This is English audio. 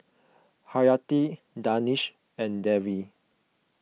Haryati Danish and Dewi